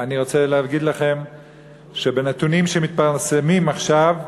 אני רוצה להגיד לכם שבנתונים שמתפרסמים עכשיו,